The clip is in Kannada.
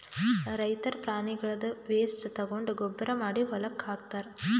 ರೈತರ್ ಪ್ರಾಣಿಗಳ್ದ್ ವೇಸ್ಟ್ ತಗೊಂಡ್ ಗೊಬ್ಬರ್ ಮಾಡಿ ಹೊಲಕ್ಕ್ ಹಾಕ್ತಾರ್